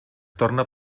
torna